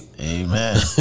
Amen